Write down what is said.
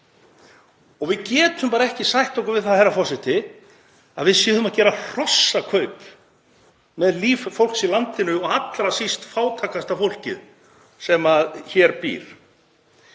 í. Við getum bara ekki sætt okkur við það, herra forseti, að við séum að gera hrossakaup með líf fólks í landinu og allra síst fátækasta fólkið sem hér býr.